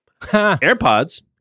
AirPods